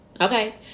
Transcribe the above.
Okay